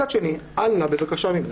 מצד שני, אל נא בבקשה ממך,